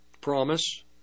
promise